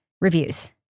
reviews